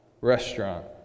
restaurant